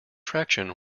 traction